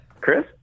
Chris